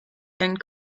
and